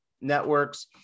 networks